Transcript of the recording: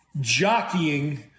jockeying